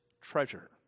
treasure